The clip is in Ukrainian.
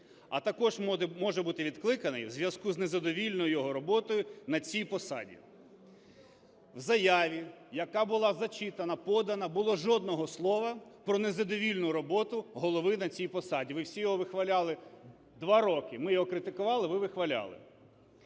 а також може бути відкликаний у зв'язку з незадовільною його роботою на цій посаді. В заяві, яка була зачитана, подана, не було жодного слова про незадовільну роботу голови на цій посаді. Ви всі його вихваляли два роки. Ми його критикували, ви вихваляли.